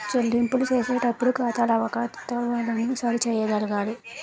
చెల్లింపులు చేసేటప్పుడు ఖాతాల అవకతవకలను సరి చేయగలగాలి